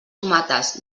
tomates